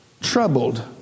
troubled